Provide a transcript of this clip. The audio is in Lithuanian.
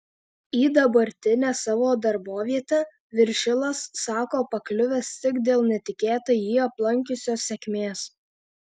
į dabartinę savo darbovietę viršilas sako pakliuvęs tik dėl netikėtai jį aplankiusios sėkmės